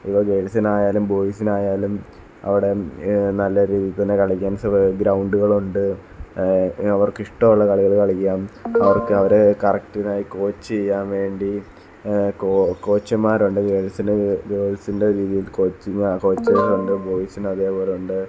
എല്ലാ ഗേള്സിനായാലും ബോയിസിനായാലും അവിടെ നല്ല രീതിയിൽത്തന്നെ കളിക്കാന് സല ഗ്രൗണ്ടുകളുണ്ട് അവര്ക്ക് ഇഷ്ടമുള്ള കളികൾ കളിക്കാം അവര്ക്ക് അവരെ കറക്റ്റിനായി കോച്ച് ചെയ്യാൻ വേണ്ടി കോ കോച്ചന്മാരുണ്ട് ഗേള്സിന് ഗേള്സിന്റെ രീതിയില് കോച്ച് കോച്ചന്മാരുണ്ട് ബോയിസിന് അതേപോലെയുണ്ട്